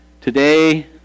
Today